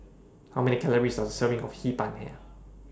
How Many Calories Does A Serving of Hee Pan Have